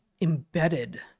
embedded